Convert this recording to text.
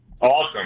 awesome